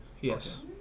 yes